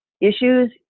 issues